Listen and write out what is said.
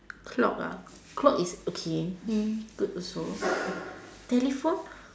clock ah clock is okay hmm good also telephone